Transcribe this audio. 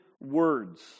words